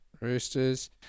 Roosters